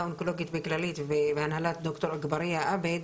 האונקולוגית בכללית בהנהלת דוקטור אגבריה עבד,